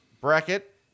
bracket